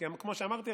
כי כמו שאמרתי,